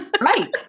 Right